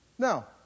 Now